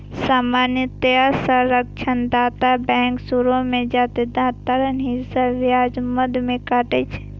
सामान्यतः ऋणदाता बैंक शुरू मे जादेतर हिस्सा ब्याज मद मे काटै छै